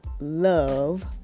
love